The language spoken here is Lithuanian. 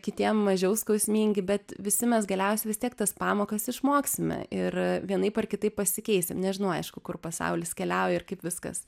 kitiem mažiau skausmingi bet visi mes galiausiai vis tiek tas pamokas išmoksime ir vienaip ar kitaip pasikeisim nežinau aišku kur pasaulis keliauja ir kaip viskas